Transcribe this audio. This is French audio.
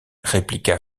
répliqua